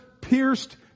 pierced